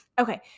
Okay